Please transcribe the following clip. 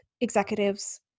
executives